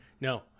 No